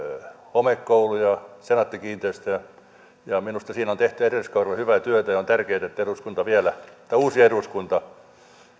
homekouluja senaatti kiinteistöjä minusta siinä on tehty edelliskaudella hyvää työtä ja on tärkeää että uusi eduskunta vielä